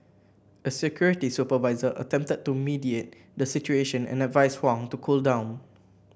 a security supervisor attempted to mediate the situation and advised Huang to cool down